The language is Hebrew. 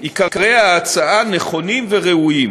עיקרי ההצעה נכונים וראויים.